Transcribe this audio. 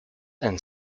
and